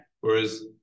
Whereas